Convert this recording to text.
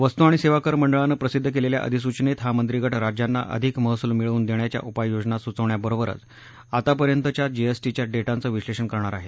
वस्तू आणि सेवा कर मंडळानं प्रसिद्ध केलेल्या अधिसूचनेत हा मंत्रीगट राज्यांना अधिक महसुल मिळवून देण्याच्या उपाययोजना सुचवण्याबरोबर आता पर्यंतच्या जीएसटीच्या डेटाचं विश्लेषण करणार आहे